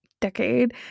decade